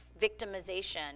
victimization